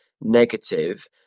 negative